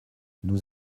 nous